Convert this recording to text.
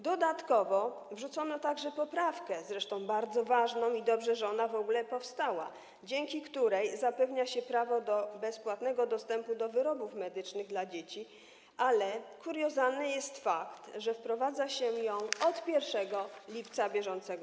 Dodatkowo wrzucono także poprawkę - zresztą bardzo ważną i dobrze, że ona została zgłoszona - dzięki której zapewnia się prawo do bezpłatnego dostępu do wyrobów medycznych dzieciom, ale kuriozalny jest fakt, że wprowadza się to od 1 lipca br.